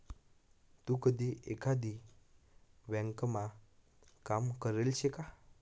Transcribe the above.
तू कधी एकाधी ब्यांकमा काम करेल शे का?